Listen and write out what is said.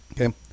Okay